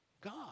God